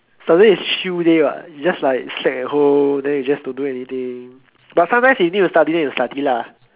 Sunday is chill day what you just like slack at home then you just don't do anything but sometimes you need to study then you study lah